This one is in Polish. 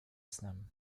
snem